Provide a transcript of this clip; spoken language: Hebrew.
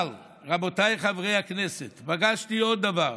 אבל, רבותיי חברי הכנסת, פגשתי עוד דבר: